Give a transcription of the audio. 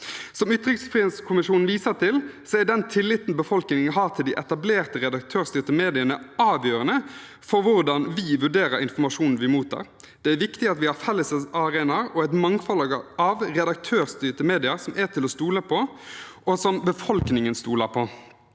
Som ytringsfrihetskommisjonen viser til, er den tilli ten befolkningen har til de etablerte, redaktørstyrte mediene avgjørende for hvordan vi vurderer informasjonen vi mottar. Det er viktig at vi har fellesarenaer og et mangfold av redaktørstyrte medier som er til å stole på, og som befolkningen stoler på.»